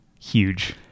huge